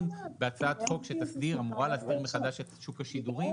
בהצעת חוק שתסדיר או אמורה להסדיר מחדש את שוק השידורים.